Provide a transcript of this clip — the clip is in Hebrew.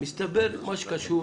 מסתבר שמה שקשור